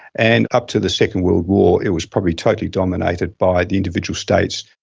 and up to the second world war it was probably totally dominated by the individual states.